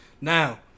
Now